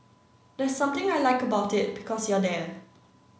there's something I like about it because you're there